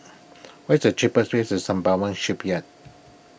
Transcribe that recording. what's the cheapest ways to Sembawang Shipyard